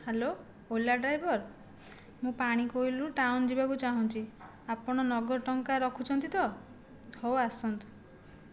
hello Ola driver ମୁଁ ପାଣିକୋଇଲିରୁ town ଯିବାକୁ ଚାହୁଁଛି ଆପଣ ନଗଦ ଟଙ୍କା ରଖୁଛନ୍ତି ତ ହେଉ ଆସନ୍ତୁ